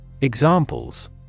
Examples